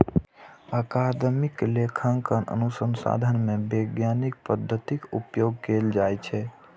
अकादमिक लेखांकन अनुसंधान मे वैज्ञानिक पद्धतिक उपयोग कैल जाइ छै